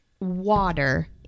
water